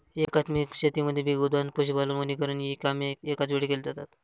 एकात्मिक शेतीमध्ये पीक उत्पादन, पशुपालन, वनीकरण इ कामे एकाच वेळी केली जातात